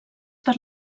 per